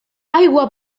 aigua